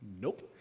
Nope